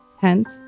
Hence